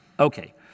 Okay